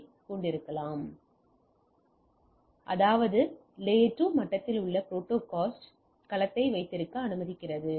யைக் கொண்டிருக்கிறது அதாவது அடுக்கு 2 மட்டத்தில் உள்ள ப்ரோட்காஸ்ட் களத்தை வைத்திருக்க அனுமதிக்கிறது